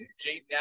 Jade